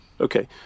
Okay